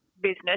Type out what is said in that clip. business